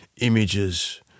images